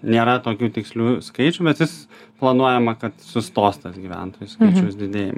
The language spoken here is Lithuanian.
nėra tokių tikslių skaičių bet jis planuojama kad sustos tas gyventojų skaičiaus didėjim